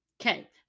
Okay